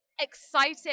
exciting